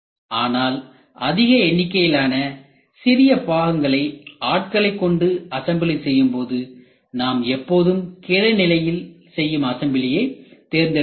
ஆனால் அதிக எண்ணிக்கையிலான சிறிய பாகங்களை ஆட்களை கொண்டு அசம்பிள் செய்யும்போது நாம் எப்போதும் கிடை நிலையில் செய்யும் அசம்பிளியை தேர்ந்தெடுக்க வேண்டும்